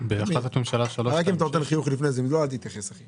כשאין תיירים בשמורות כדי לבצע את עבודות התשתית האלו,